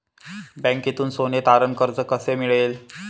बँकेतून सोने तारण कर्ज कसे मिळेल?